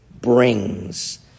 brings